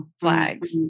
flags